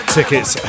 Tickets